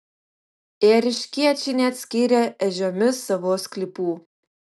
ėriškiečiai neatskyrė ežiomis savo sklypų